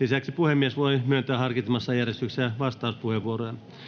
Lisäksi puhemies voi myöntää harkitsemassaan järjestyksessä vastauspuheenvuoroja.